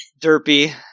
Derpy